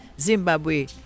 Zimbabwe